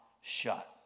shut